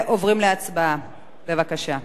עוברים להצבעה, בבקשה.